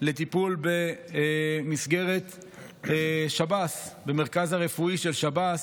לטיפול גם במסגרת שב"ס, במרכז הרפואי של שב"ס,